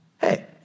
hey